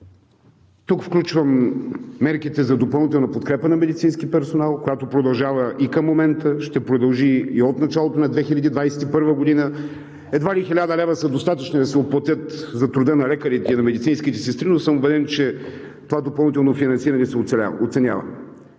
Тук включвам мерките за допълнителна подкрепа на медицински персонал, която продължава и към момента, ще продължи и от началото на 2021 г. Едва ли 1000 лв. са достатъчни да се отплатим за труда на лекарите и на медицинските сестри, но съм убеден, че това допълнително финансиране се оценява.